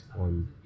on